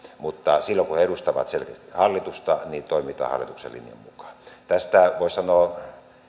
mutta silloin kun he edustavat selkeästi hallitusta toimitaan hallituksen linjan mukaan tästä voisi sanoa